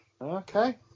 Okay